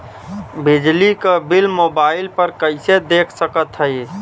बिजली क bill mobile पर कईसे देख सकत हई?